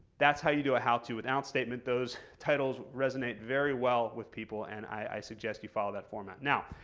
that's how you do a how to without statement. those titles resonate very well with people and i suggest you follow that format. now,